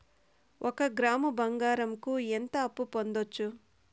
ఒక గ్రాము బంగారంకు ఎంత అప్పు పొందొచ్చు